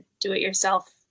do-it-yourself